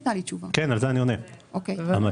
הבין-לאומיים?